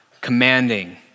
commanding